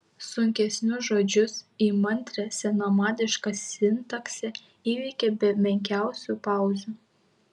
sunkesnius žodžius įmantrią senamadišką sintaksę įveikė be menkiausių pauzių